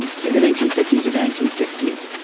and say, the nineteen fifty s or the nineteen sixty s,